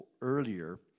earlier